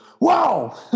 wow